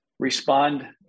Respond